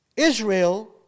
Israel